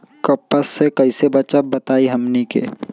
कपस से कईसे बचब बताई हमनी के?